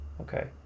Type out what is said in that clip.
Okay